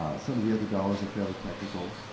ah some of the other dollars are fairly technical.